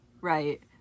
right